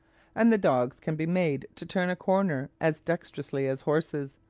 and the dogs can be made to turn a corner as dexterously as horses,